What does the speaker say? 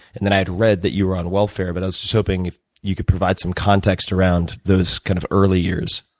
and then i had read that you were on welfare. but i was just hoping you could provide some context around those kind of early years.